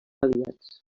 aliats